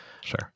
sure